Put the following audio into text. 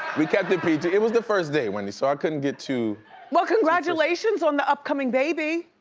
we kept the pg. it was the first day, wendy, so i couldn't get to well, congratulations on the upcoming baby.